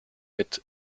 mit